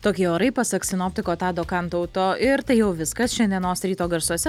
tokie orai pasak sinoptiko tado kantauto ir tai jau viskas šiandienos ryto garsuose